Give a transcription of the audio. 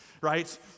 right